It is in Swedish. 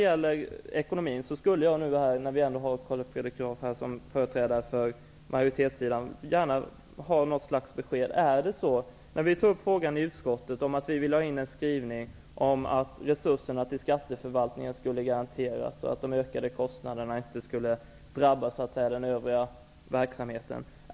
När vi nu har Carl Fredrik Graf här som företrädare för majoritetssidan skulle jag gärna vilja ha något slags besked när det gäller ekonomin. Vi tog i utskottet upp att vi ville ha en skrivning om att resurserna till skatteförvaltningen skulle garanteras, så att de ökade kostnaderna inte skulle drabba den övriga verksamheten.